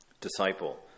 Disciple